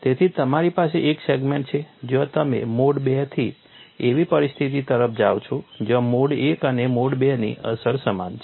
તેથી તમારી પાસે એક સેગમેન્ટ છે જ્યાં તમે મોડ II થી એવી પરિસ્થિતિ તરફ જાઓ છો જ્યાં મોડ I અને મોડ II ની અસર સમાન છે